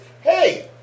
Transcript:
hey